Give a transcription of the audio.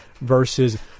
versus